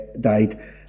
died